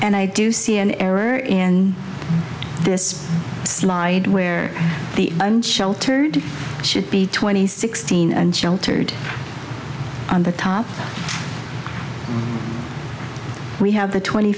and i do see an error in this slide where the unsheltered should be twenty sixteen and sheltered on the top we have the twenty